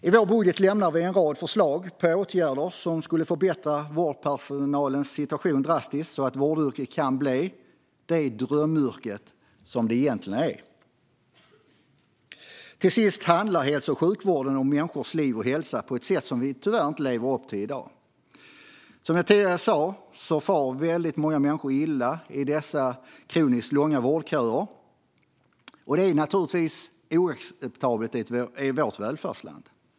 I vår budget lämnar vi en rad förslag på åtgärder som skulle förbättra vårdpersonalens situation drastiskt, så att vårdyrket kan bli det drömyrke det egentligen är. Till sist handlar hälso och sjukvården om människors liv och hälsa på ett sätt vi tyvärr inte lever upp till i dag. Som jag sa tidigare far väldigt många människor illa i dessa kroniskt långa vårdköer. Det är naturligtvis oacceptabelt i vårt välfärdsland.